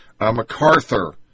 MacArthur